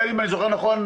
אם אני זוכר נכון,